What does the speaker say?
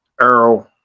Earl